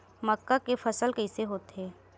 मक्का के फसल कइसे होथे?